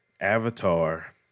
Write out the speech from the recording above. Avatar